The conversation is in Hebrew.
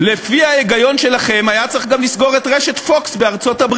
לפי ההיגיון שלכם היה צריך גם לסגור את רשת Fox בארצות-הברית,